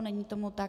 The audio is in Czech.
Není tomu tak.